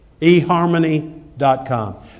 eHarmony.com